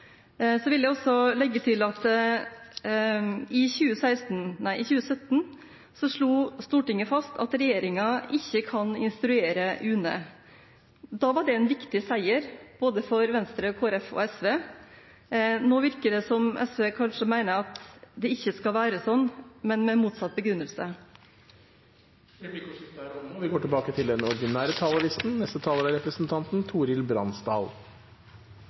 Jeg vil legge til at i 2017 slo Stortinget fast at regjeringen ikke kan instruere UNE. Da var det en viktig seier for både Venstre, Kristelig Folkeparti og SV. Nå virker det som om SV kanskje mener at det ikke skal være slik, men med motsatt begrunnelse. Replikkordskiftet er omme. Et statsbudsjett handler om fordeling av statens penger, og det er kanskje det vi